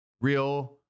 real